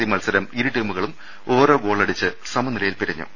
C മത്സരം ഇരുടീമുകളും ഓരോ ഗോളടിച്ച് സമനിലയിൽ പിരിഞ്ഞു